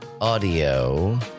Audio